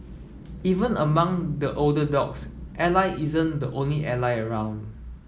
even among the older dogs Ally isn't the only Ally around